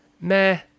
meh